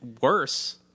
worse